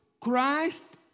Christ